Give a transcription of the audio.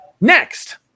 Next